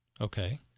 Okay